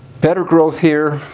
better growth here.